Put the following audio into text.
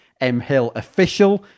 mhillofficial